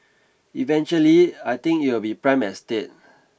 eventually I think it will be prime estate